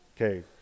okay